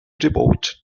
devoted